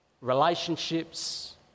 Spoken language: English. relationships